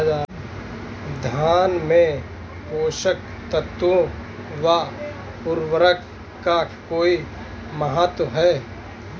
धान में पोषक तत्वों व उर्वरक का कोई महत्व है?